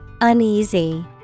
Uneasy